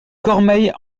cormeilles